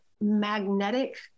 magnetic